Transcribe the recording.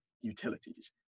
utilities